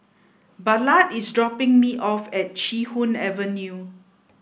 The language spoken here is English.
Ballard is dropping me off at Chee Hoon Avenue